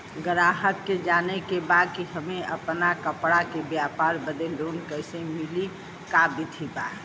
गराहक के जाने के बा कि हमे अपना कपड़ा के व्यापार बदे लोन कैसे मिली का विधि बा?